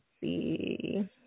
see